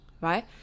right